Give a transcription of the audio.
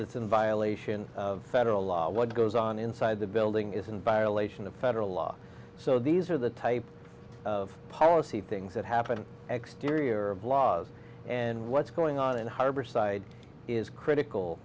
it's in violation of federal law what goes on inside the building is in violation of federal law so these are the type of policy things that happen exterior laws and what's going on in harborside is critical